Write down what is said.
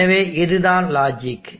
எனவே இது தான் லாஜிக்